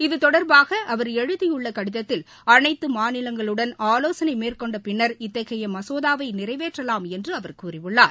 இத்தொடர்பாக அவர் எழுதியுள்ள கடிதத்தில் அனைத்து மாநிலங்களுடன் ஆவோசனை மேற்கொண்டபின்னர் இத்தகைய மசோதாவை நிறைவேற்றவாம் என்று அவர் கூறியுள்ளார்